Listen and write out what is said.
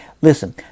Listen